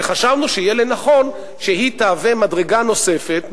וחשבנו שיהיה נכון שהיא תהווה מדרגה נוספת,